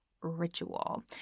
ritual